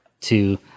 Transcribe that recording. to-